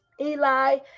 Eli